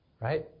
right